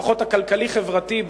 לפחות הכלכלי-חברתי,